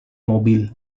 mobil